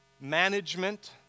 management